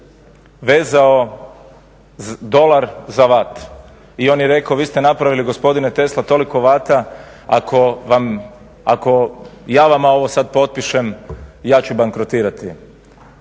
vezao dolar za vat i on je rekao vi ste napravili gospodine Tesla toliko vat ako vam, ako ja vama sad ovo potpišem, ja ću bankrotirati,